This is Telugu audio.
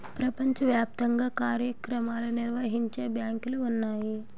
ప్రపంచ వ్యాప్తంగా కార్యక్రమాలు నిర్వహించే బ్యాంకులు ఉన్నాయి